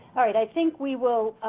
alright, i think we will